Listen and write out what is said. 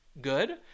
good